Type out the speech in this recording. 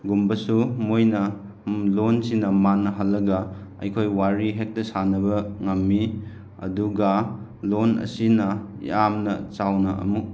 ꯒꯨꯝꯕꯁꯨ ꯃꯣꯏꯅ ꯂꯣꯟꯁꯤꯅ ꯃꯥꯟꯅꯍꯜꯂꯒ ꯑꯩꯈꯣꯏ ꯋꯥꯔꯤ ꯍꯦꯛꯇ ꯁꯥꯟꯅꯕ ꯉꯝꯃꯤ ꯑꯗꯨꯒ ꯂꯣꯟ ꯑꯁꯤꯅ ꯌꯥꯝꯅ ꯆꯥꯎꯅ ꯑꯃꯨꯛ